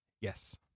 Yes